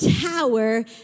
tower